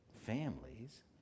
Families